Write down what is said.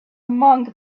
monk